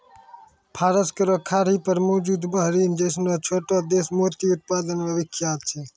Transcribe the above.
फारस केरो खाड़ी पर मौजूद बहरीन जैसनो छोटो देश मोती उत्पादन ल विख्यात छै